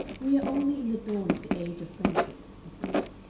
we are only in the dawn of the age of friendship, he said,